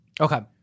Okay